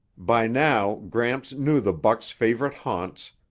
by now, gramps knew the buck's favorite haunts,